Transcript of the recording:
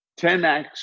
10X